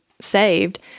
saved